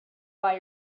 buy